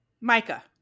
Micah